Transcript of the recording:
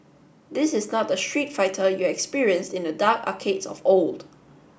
this is not the Street Fighter you experienced in the dark arcades of old